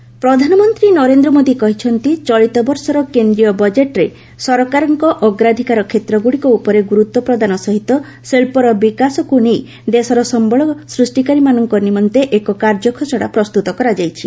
ରିଭାଇକ PM Varanasi ପ୍ରଧାନମନ୍ତ୍ରୀ ନରେନ୍ଦ୍ର ମୋଦି କହିଚ୍ଚନ୍ତିଚଳିତବର୍ଷ କେନ୍ଦ୍ରୀୟ ବଜେଟ୍ରେ ସରକାରଙ୍କ ଅଗ୍ରାଧିକାର କ୍ଷେତ୍ରଗୁଡିକ ଉପରେ ଗୁରୁତ୍ୱ ପ୍ରଦାନ ସହିତ ଶିଳ୍ପର ବିକାଶକୁ ନେ ଓ ଦେଶର ସମ୍ବଳ ସୃଷ୍ଟିକାରୀଙ୍କ ନିମନ୍ତେ ଏକ କାର୍ଯ୍ୟ ଖସଡା ପ୍ରସ୍ତୁତ କରାଯାଇଛି